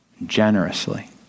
Generously